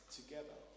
together